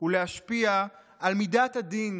ולהשפיע על מידת הדין